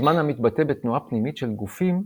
הזמן המתבטא בתנועה פנימית של גופים,